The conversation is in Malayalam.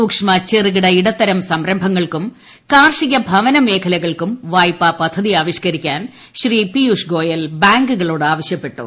സൂക്ഷ്മ ചെറുക്കിട ഇട്ടത്തരം സംരംഭങ്ങൾക്കും കാർഷിക ഭവന മേഖലകൾക്കും വായ്പാ പദ്ധതി ആവിഷ്ക്കരിക്കാൻ ശ്രീ പീയുഷ് ഗോയൽ ബാങ്കുകളോട് ആവശ്യപ്പെട്ടു